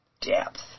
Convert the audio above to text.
depth